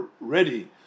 ready